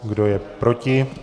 Kdo je proti?